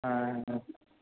ఆయ్